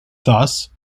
thus